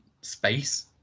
space